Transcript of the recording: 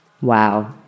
wow